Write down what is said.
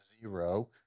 zero